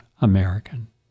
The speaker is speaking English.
American